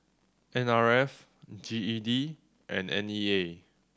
N R F G E D and N E A